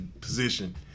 position